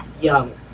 young